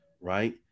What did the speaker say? right